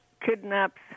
kidnaps